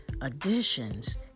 additions